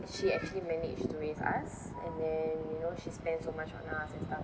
she actually managed to raise us and then you know she spent so much on us and stuff